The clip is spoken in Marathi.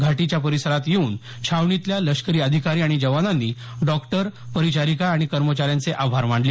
घाटीच्या परिसरात येऊन छावणीतल्या लष्करी अधिकारी आणि जवानांनी डॉक्टर्स परिचारिका आणि कर्मचाऱ्यांचे आभार मानले